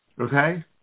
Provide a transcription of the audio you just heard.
Okay